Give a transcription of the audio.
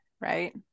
Right